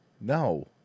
No